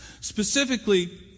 Specifically